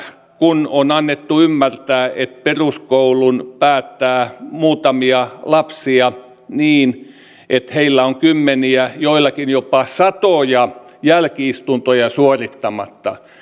kun on annettu ymmärtää että peruskoulun päättää muutamia lapsia niin että heillä on kymmeniä joillakin jopa satoja jälki istuntoja suorittamatta